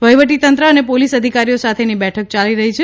વહીવટીતંત્ર અને પોલીસ અધિકારીઓ સાથેની બેઠક યાલી રહી છે